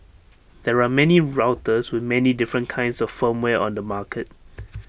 there are many routers with many different kinds of firmware on the market